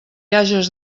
hages